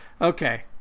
Okay